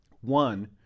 One